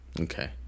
okay